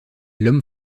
l’homme